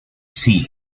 latinos